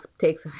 takes